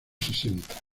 sesenta